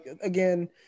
again